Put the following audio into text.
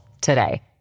today